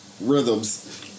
Rhythms